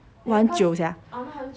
!wah! 很久 sia